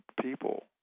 people